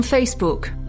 Facebook